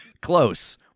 Close